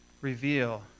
reveal